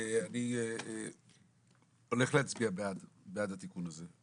אני הולך להצביע בעד התיקון הזה.